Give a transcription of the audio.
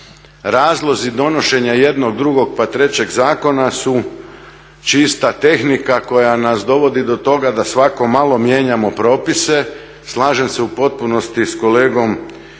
razlozi donošenja jednog, drugog pa trećeg zakona su čista tehnika koja nas dovodi do toga da svako malo mijenjamo propise. Slažem se u potpunosti s kolegom Grbinom